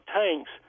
tanks